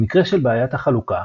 במקרה של בעיית החלוקה,